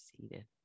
seated